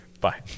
bye